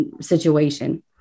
situation